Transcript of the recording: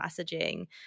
messaging